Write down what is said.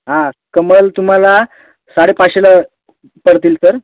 हां कमल तुम्हाला साडे पाचशेला पडतील सर